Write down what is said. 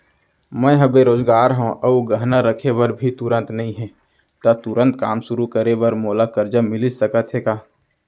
मैं ह बेरोजगार हव अऊ गहना रखे बर भी तुरंत नई हे ता तुरंत काम शुरू करे बर मोला करजा मिलिस सकत हे का?